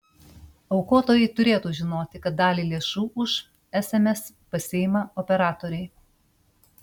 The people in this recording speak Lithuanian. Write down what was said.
aukotojai turėtų žinoti kad dalį lėšų už sms pasiima operatoriai